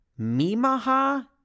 MimaHa